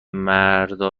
مردا